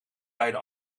beide